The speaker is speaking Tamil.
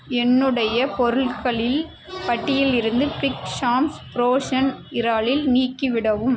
என்னுடைய பொருட்களில் பட்டியலிருந்து பிக் ஸாம்ஸ் ஃப்ரோஷன் இறால் நீக்கிவிடவும்